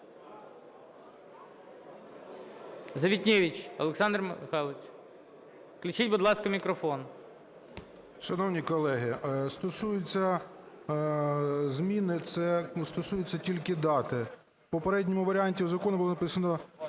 Завітневич Олександр Михайлович, включіть, будь ласка, мікрофон. 11:16:13 ЗАВІТНЕВИЧ О.М. Шановні колеги, стосується зміни, це стосується тільки дати. В попередньому варіанті в законі було написано